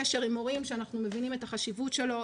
קשר עם הורים שאנחנו מבינים את החשיבות שלו